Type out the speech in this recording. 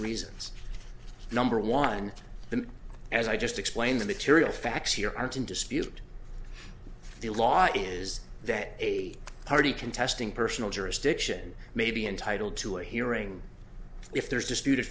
reasons number one the as i just explained the material facts here aren't in dispute the law is that a party contesting personal jurisdiction may be entitled to a hearing if there's